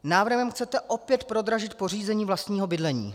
Návrhem chcete opět prodražit pořízení vlastního bydlení.